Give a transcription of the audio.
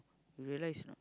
you realise or not